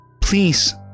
Please